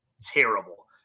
terrible